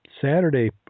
Saturday